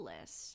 list